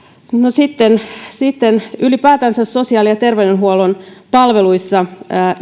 sitten sitten ylipäätänsä sosiaali ja terveydenhuollon palveluissa